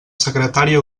secretària